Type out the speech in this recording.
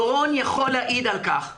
דורון יכול להעיד על כך שאנחנו,